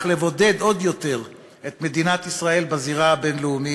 לבודד עוד יותר את מדינת ישראל בזירה הבין-לאומית,